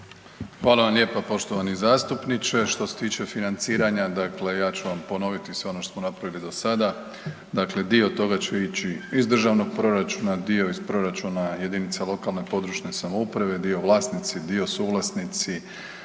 Hvala vam lijepo poštovani zastupniče. Što se tiče financiranja, dakle, ja ću vam ponoviti sve ono što smo napravili do sada. Dakle, dio toga će ići iz državnog proračuna, dio iz proračuna jedinice lokalne i područne samouprave, dio vlasnici, dio suvlasnici,